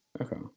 Okay